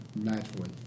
naturally